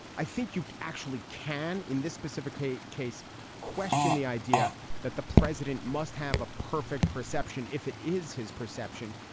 i think you actually can in this specific case case question the idea that the president must have a perfect perception if it is his perception,